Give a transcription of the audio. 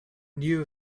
knew